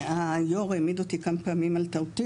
היו"ר העמיד אותי כמה פעמים על טעותי